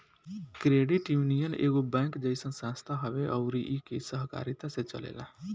credit union एगो bank जइसन संस्था हवे अउर इ के सहकारिता से चलेला